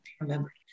remember